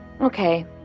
Okay